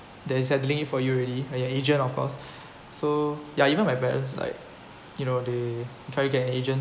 there is settling for you already and your agent of course so ya even my parents like you know they try to get an agent